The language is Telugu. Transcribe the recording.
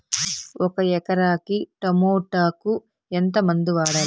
ఒక ఎకరాకి టమోటా కు ఎంత మందులు వాడాలి?